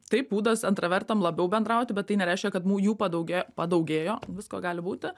taip būdas intravertam labiau bendrauti bet tai nereiškia kad mų jų padaugėjo padaugėjo visko gali būti